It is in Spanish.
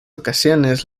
ocasiones